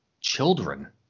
children